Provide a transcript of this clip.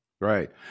right